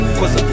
Cause